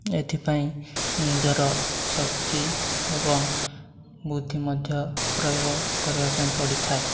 ଏଥିପାଇଁ ନିଜର ଶକ୍ତି ଏବଂ ବୁଦ୍ଧି ମଧ୍ୟ ପ୍ରୟୋଗ କରିବା ପାଇଁ ପଡ଼ିଥାଏ